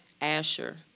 Asher